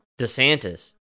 DeSantis